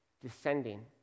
descending